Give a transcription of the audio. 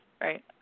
Right